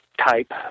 type